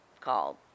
called